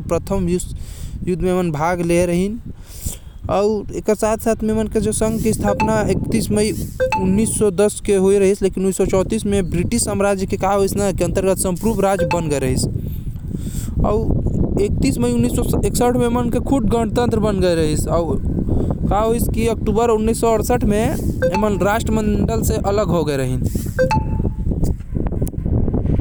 पहला विश्व युद्ध भी लड़े रहिस।